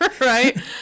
right